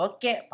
Okay